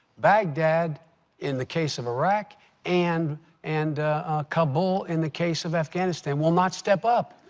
baghdad in the case of iraq and and kabul in the case of afghanistan will not step up.